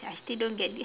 I still don't get it